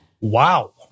wow